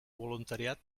voluntariat